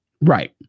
Right